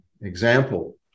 example